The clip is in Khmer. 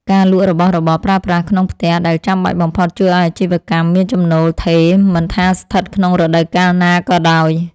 ការលក់របស់របរប្រើប្រាស់ក្នុងផ្ទះដែលចាំបាច់បំផុតជួយឱ្យអាជីវកម្មមានចំណូលថេរមិនថាស្ថិតក្នុងរដូវកាលណាក៏ដោយ។